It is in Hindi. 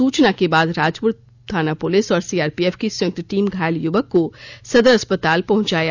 सूचना के बाद राजपुर थाना पुलिस और सीआरपीएफ की संयुक्त टीम घायल युवक को सदर अस्पताल पहुंचाया